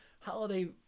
holiday